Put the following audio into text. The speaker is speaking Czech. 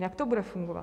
Jak to bude fungovat?